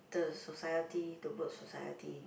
the society the work society